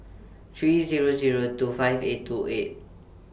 three Zero Zero two five eight two eight